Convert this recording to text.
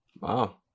Wow